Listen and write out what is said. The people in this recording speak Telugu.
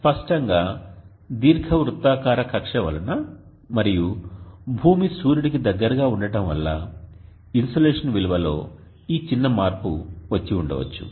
స్పష్టంగా దీర్ఘవృత్తాకార కక్ష్య వలన మరియు భూమి సూర్యుడికి దగ్గరగా ఉండటం వల్ల ఇన్సోలేషన్ విలువలో ఈ చిన్న మార్పు వచ్చి ఉండవచ్చు